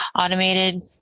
automated